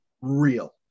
real